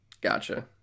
Gotcha